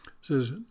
says